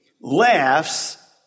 laughs